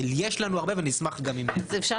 יש לנו הרבה ונשמח גם אם נציג,